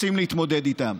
רוצים להתמודד איתם.